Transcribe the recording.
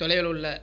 தொலைவில் உள்ள